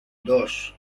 dos